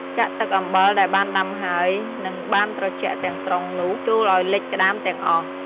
ចាក់ទឹកអំបិលដែលបានដាំហើយ និងបានត្រជាក់ទាំងស្រុងនោះចូលឲ្យលិចក្ដាមទាំងអស់។